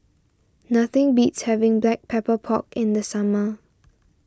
nothing beats having Black Pepper Pork in the summer